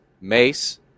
mace